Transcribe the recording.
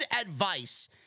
advice